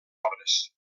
obres